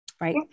Right